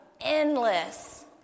endless